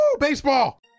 Baseball